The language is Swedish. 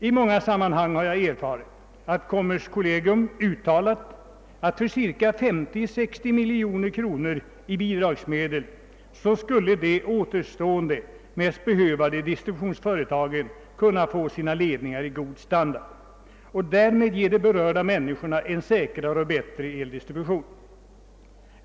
I olika sammanhang har jag erfarit att kommerskollegium anser att för 50— 60 miljoner kronor i bidragsmedel skulle de återstående, mest rationaliseringsbehövande distributionsföretagen kunna få god standard på sina ledningar och därmed tillhandahålla konsumenterna en säkrare och bättre eldistribution.